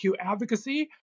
advocacy